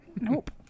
nope